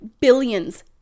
billions